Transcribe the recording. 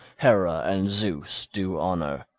hera and zeus, do honour.